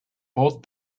both